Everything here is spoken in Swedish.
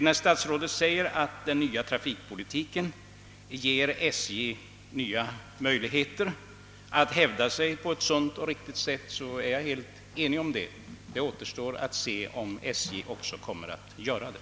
När statsrådet säger att den nya trafikpolitiken ger SJ nya möjligheter att hävda sig på ett sunt och riktigt sätt, är jag helt ense med honom. Det återstår att se om SJ också kommer att göra det.